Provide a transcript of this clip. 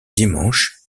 dimanche